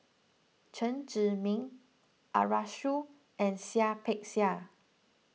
Chen Zhiming Arasu and Seah Peck Seah